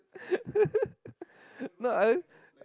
no I